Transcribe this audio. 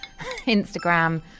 Instagram